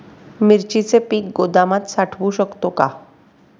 मिरचीचे पीक गोदामात साठवू शकतो का?